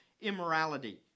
immorality